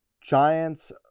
Giants